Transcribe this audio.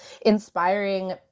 inspiring